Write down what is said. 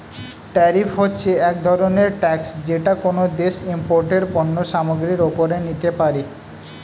tariff হচ্ছে এক ধরনের ট্যাক্স যেটা কোনো দেশ ইমপোর্টেড পণ্য সামগ্রীর ওপরে নিতে পারে